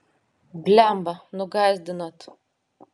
blemba nugąsdinot